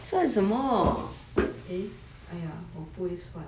eh !aiya! 我不会算